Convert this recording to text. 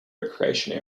recreation